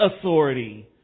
authority